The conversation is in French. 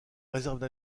réserve